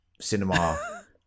cinema